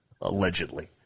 allegedly